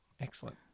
Excellent